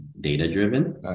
data-driven